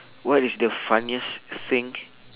what is the funniest thing